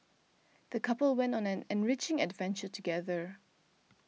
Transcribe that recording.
the couple went on an enriching adventure together